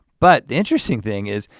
but the interesting thing is,